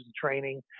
training